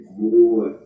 more